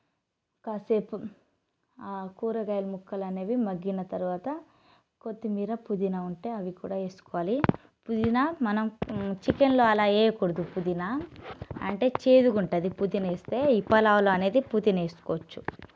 కాసేపు కూరగాయల ముక్కలనేవి మగ్గిన తర్వాత కొత్తిమీర పుదీనా ఉంటే అవి కూడా వేసుకోవాలి పుదీనా మనం చికెన్లో అలా వేయకూడదు పుదీనా అంటే చేదుగా ఉంటుంది పుదీనా ఏస్తే ఈ పలావ్లో అనేది పుదీన వేసుకోవచ్చు